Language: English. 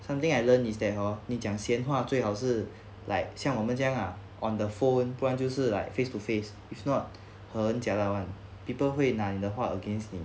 something I learned is that hor 你讲闲话最好是 like 像我们这样 ah on the phone 不然就是 like face to face if not 很 jialat [one] people 会拿你的话 against 你